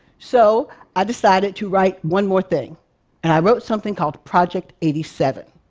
so i decided to write one more thing and i wrote something called project eighty seven.